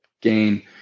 gain